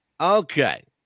Okay